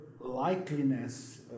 likeliness